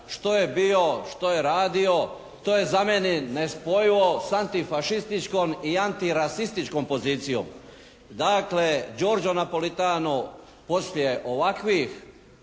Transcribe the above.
što je bio, što je radio. To je za mene nespojivo sa antifašističkom i antirasističkom pozicijom. Dakle, Georgio Napolitano poslije ovakvih